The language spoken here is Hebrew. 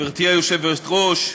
גברתי היושבת-ראש,